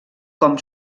com